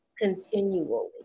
continually